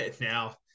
Now